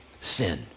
sin